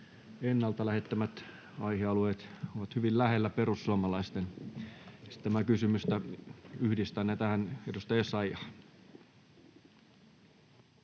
ennalta lähettämät aihealueet ovat hyvin lähellä perussuomalaisten esittämää kysymystä, joten yhdistän ne tähän. Edustaja Essayah.